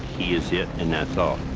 he is it and that's all.